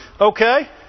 Okay